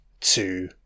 two